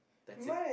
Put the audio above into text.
that's it